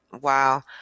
Wow